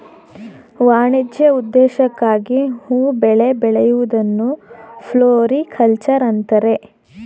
ವಾಣಿಜ್ಯ ಉದ್ದೇಶಕ್ಕಾಗಿ ಹೂ ಬೆಳೆ ಬೆಳೆಯೂದನ್ನು ಫ್ಲೋರಿಕಲ್ಚರ್ ಅಂತರೆ